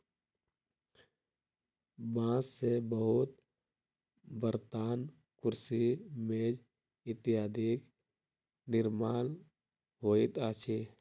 बांस से बहुत बर्तन, कुर्सी, मेज इत्यादिक निर्माण होइत अछि